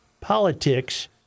politics